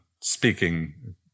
speaking